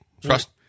Trust